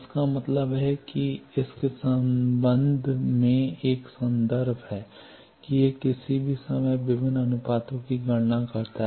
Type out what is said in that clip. इसका मतलब है कि इसके संबंध में एक संदर्भ है कि यह किसी भी समय विभिन्न अनुपातों की गणना करता है